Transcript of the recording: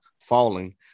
falling